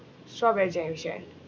strawberry generation